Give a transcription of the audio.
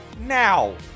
now